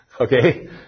Okay